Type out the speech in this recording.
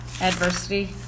adversity